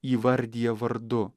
įvardija vardu